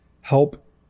help